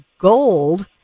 Gold